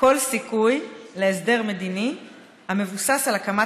כל סיכוי להסדר מדיני המבוסס על הקמת